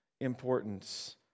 importance